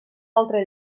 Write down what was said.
altre